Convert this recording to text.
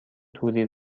توری